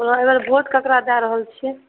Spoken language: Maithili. अहाँ एहिबेर वोट केकरा दऽ रहल छीयै